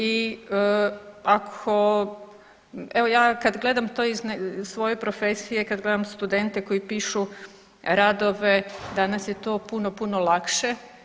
I ako, evo ja kad gledam to iz svoje profesije, kad gledam studente koji pišu radove danas je to puno, puno lakše.